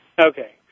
Okay